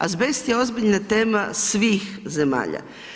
Azbest je ozbiljna tema svih zemalja.